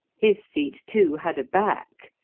his seat, too, had a back,